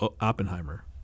Oppenheimer